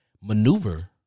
maneuver